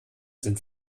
sind